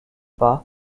pas